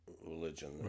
religion